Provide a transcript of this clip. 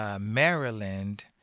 Maryland